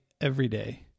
everyday